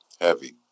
Heavy